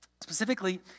Specifically